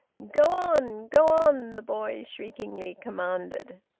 go on! go on! the boy shriekingly commanded.